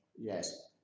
Yes